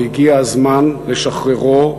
והגיע הזמן לשחררו,